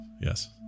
yes